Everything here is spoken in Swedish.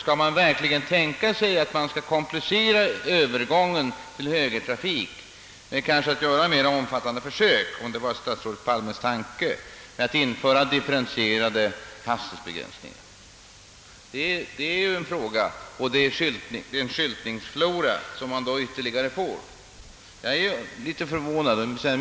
Är det statsrådet Palmes tanke att komplicera övergången till högertrafik genom att genomföra mera omfattande försök med differentierade hastighetsbe 'gränsningar? Det är en fråga man kan ställa. Vid sådana försök får vi också en ytterligare ökad skyltflora.